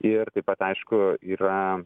ir taip pat aišku yra